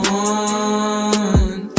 one